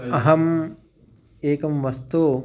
अहं एकं वस्तुम्